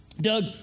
Doug